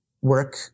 work